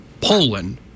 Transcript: Poland